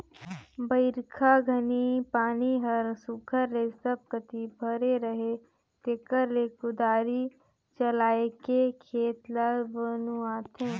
बरिखा घनी पानी हर सुग्घर ले सब कती भरे रहें तेकरे ले कुदारी चलाएके खेत ल बनुवाथे